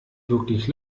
wirklich